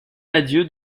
adieu